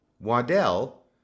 Waddell